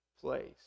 place